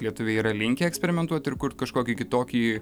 lietuviai yra linkę eksperimentuot ir kurt kažkokį kitokį